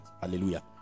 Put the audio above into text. Hallelujah